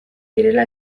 direla